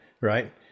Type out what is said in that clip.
right